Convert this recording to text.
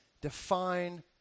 define